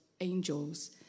angels